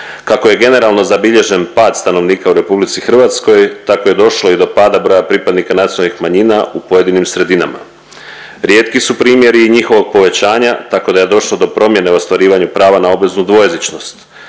Kako je generalno zabilježen pad stanovnika u RH, tako je došlo i do pada broja pripadnika nacionalnim manjina u pojedinim sredinama. Rijetki su primjeri njihovog povećanja, tako da je došlo do promjene u ostvarivanju prava na obveznu dvojezičnost.